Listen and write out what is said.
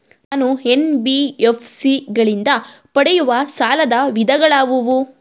ನಾನು ಎನ್.ಬಿ.ಎಫ್.ಸಿ ಗಳಿಂದ ಪಡೆಯುವ ಸಾಲದ ವಿಧಗಳಾವುವು?